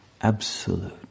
absolute